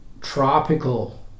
tropical